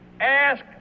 ask